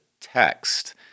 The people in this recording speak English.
text